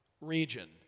region